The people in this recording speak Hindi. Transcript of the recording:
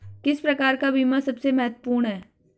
किस प्रकार का बीमा सबसे महत्वपूर्ण है?